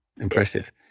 impressive